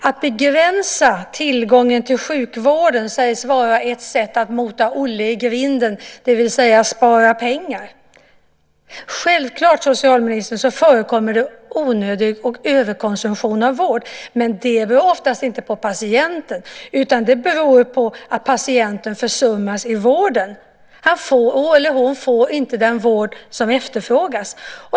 Att begränsa tillgången till sjukvården sägs vara ett sätt att mota Olle i grind, det vill säga spara pengar. Självklart, socialministern, förekommer det onödig konsumtion och överkonsumtion av vård, men det beror oftast inte på patienten utan på att patienten försummas i vården. Han eller hon får inte den vård som efterfrågas.